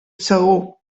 segur